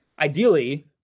ideally